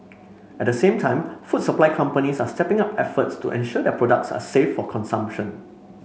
at the same time food supply companies are stepping up efforts to ensure their products are safe for consumption